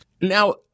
Now